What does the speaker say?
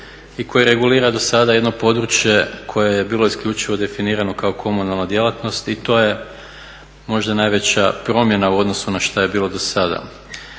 i koji regulira dosada jedno područje koje je bilo isključivo definirano kao komunalna djelatnost i to je možda najveća promjena u odnosu na što je bilo dosada.